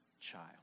child